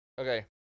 okay